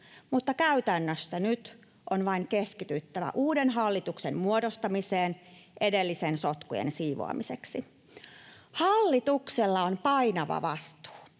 Mutta käytännössä nyt on vain keskityttävä uuden hallituksen muodostamiseen edellisen sotkujen siivoamiseksi. Hallituksella on painava vastuu,